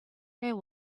where